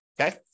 Okay